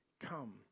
Come